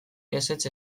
ezetz